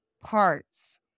parts